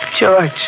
George